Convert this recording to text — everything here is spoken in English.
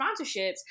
sponsorships